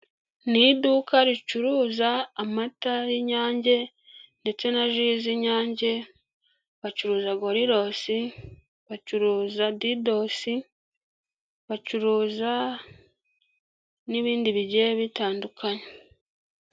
Ni iduka ricuruza amata y'inyange ndetse na ji z'inyange, bacuruza gorilosi bacuruza didosi bacuruza n'ibindi bigiye bitandukanye.